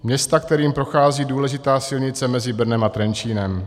Města, kterým prochází důležitá silnice mezi Brnem a Trenčínem.